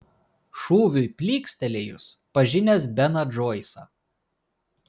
šūviui plykstelėjus pažinęs beną džoisą